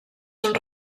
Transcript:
són